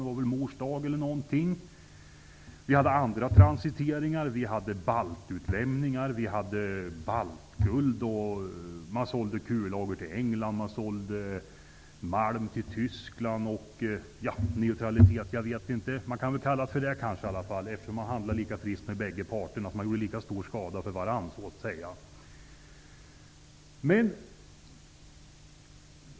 Det var väl mors dag eller något ditåt. Vi hade andra transiteringar. Vi hade baltutlämningar. Vi hade baltguld. Man sålde kullager till England. Man sålde malm till Tyskland. Neutralitet -- jag vet inte. Man kanske kan kalla det så, eftersom man handlade lika friskt med bägge parter. Man gjorde lika stor skada för båda sidor.